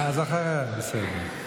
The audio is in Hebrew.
אז אחריה, בסדר.